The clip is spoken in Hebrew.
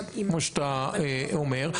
כמו שאתה אומר.